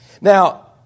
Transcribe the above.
Now